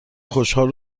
خوشحال